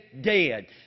dead